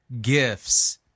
gifts